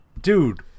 dude